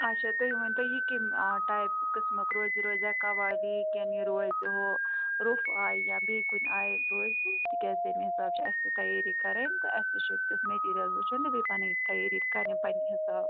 اچھا تُہۍ ؤنِو یہِ کمہِ آ ٹایِپ قٕسمُک روزِ یہِ روزِیا قوالی کِنہٕ یہِ روزِ ہُو روٚف آیہِ یا بیٚیہِ کُنہِ آیہِ روزِ تِکیٛازِ تَمی حِسابہٕ چھِ اَسہِ تہِ تیاری کَرٕنۍ تہٕ اَسہِ تہِ چھُ تیُتھ مِٹیریل وُچھُن بیٚیہِ پَنٕنۍ تیٲری کَرٕنۍ پَننہِ حِسابہٕ